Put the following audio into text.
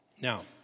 Now